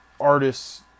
artists